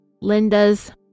Linda's